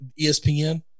ESPN